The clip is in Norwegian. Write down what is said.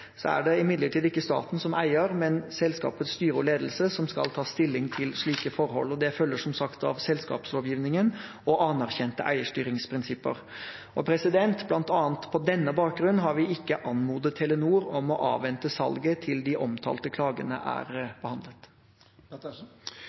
er imidlertid ikke staten som eier, men selskapets styre og ledelse som skal ta stilling til slike forhold. Dette følger som sagt av selskapslovgivningen og anerkjente eierstyringsprinsipper. Blant annet på denne bakgrunn har vi ikke anmodet Telenor om å avvente salget til de omtalte klagene er